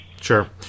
Sure